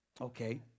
okay